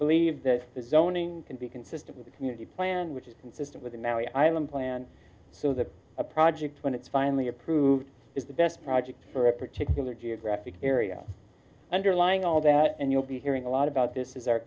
believe that zoning can be consistent with a community plan which is consistent with the maui island plan so that a project when it's finally approved is the best project for a particular geographic area underlying all that and you'll be hearing a lot about this is our